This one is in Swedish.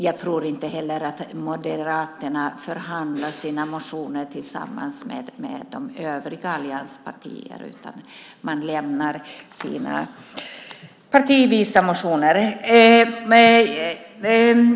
Jag tror inte heller att Moderaterna förhandlar om sina motioner tillsammans med de övriga allianspartierna, utan man lämnar sina motioner partivis.